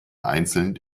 einzeln